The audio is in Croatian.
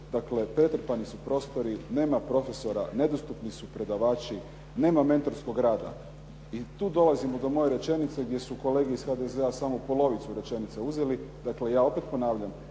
dakle pretrpani su prostori, nema profesora, nedostupni su predavači, nema mentorskog rada. I tu dolazimo do moje rečenice gdje su kolege iz HDZ-a samo polovicu rečenice uzeli. Dakle, ja opet ponavljam,